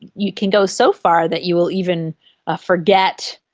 you can go so far that you will even ah forget,